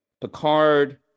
Picard